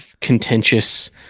contentious